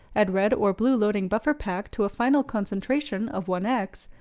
add red or blue loading buffer pack to a final concentration of one x,